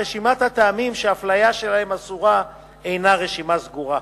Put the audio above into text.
רשימת הטעמים שהאפליה שלהם אסורה אינה רשימה סגורה.